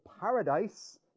paradise